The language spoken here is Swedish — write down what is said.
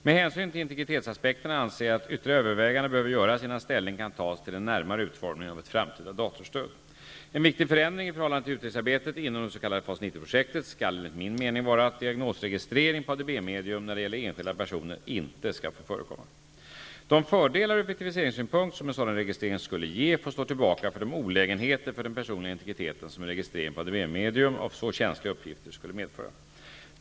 Med hänsyn till integritetsaspekterna anser jag att ytterligare överväganden behöver göras innan ställning kan tas till den närmare utformningen av ett framtida datorstöd. En viktig förändring i förhållande till utredningsarbetet inom det s.k. FAS 90-projektet skall enligt min mening vara att diagnosregistrering på ADB-medium när det gäller enskilda personer inte skall få förekomma. De fördelar ur effektiviseringssynpunkt som en sådan registrering skulle ge får stå tillbaka för de olägenheter för den personliga integriteten som en registrering på ADB-medium av så känsliga uppgifter skulle medföra.